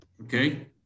Okay